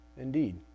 Indeed